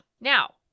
Now